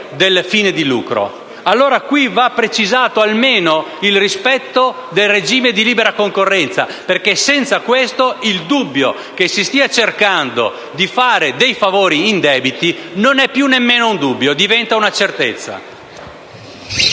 un fine di lucro. Va precisato almeno il rispetto del regime di libera concorrenza perché senza questo il dubbio che si stia cercando di fare dei favori indebiti non è più nemmeno un dubbio, ma una certezza.